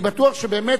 אני בטוח שבאמת,